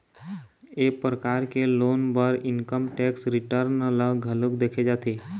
ए परकार के लोन बर इनकम टेक्स रिटर्न ल घलोक देखे जाथे